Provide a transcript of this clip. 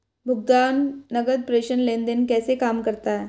भुगतान नकद प्रेषण लेनदेन कैसे काम करता है?